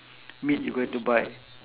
meat you going to buy